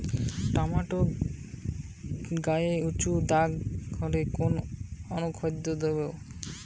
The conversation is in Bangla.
টমেটো গায়ে উচু দাগ হলে কোন অনুখাদ্য দেবো?